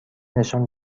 نشان